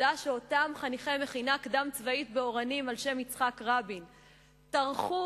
העובדה שאותם חניכי מכינה קדם-צבאית על שם יצחק רבין ב"אורנים" טרחו,